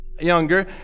younger